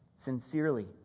Sincerely